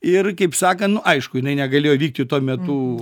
ir kaip sakant nu aišku jinai negalėjo vykti tuo metu